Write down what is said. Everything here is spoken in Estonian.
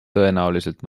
tõenäoliselt